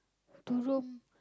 to Rome